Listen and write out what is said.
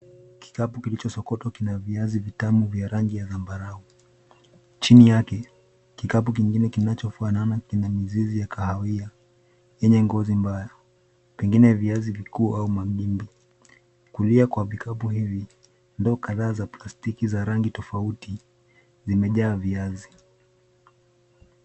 Kikapu kilichosokotwa kina viatu vitamu vya rangi ya zambarau. Chini yake, kikapu kingine kinachofanana kina mizizi ya kahawia yenye ngozi mbaya, pengine viazi vikuu, au magimbi. Kulia kwa vikapu hivi, ndoo kadhaa za plastiki za rangi tofauti, vimejaa viazi.